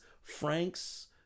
Frank's